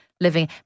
living